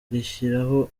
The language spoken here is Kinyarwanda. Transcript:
rishyiraho